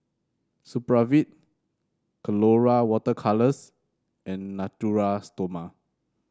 Supravit Colora Water Colours and Natura Stoma